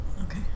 Okay